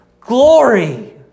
glory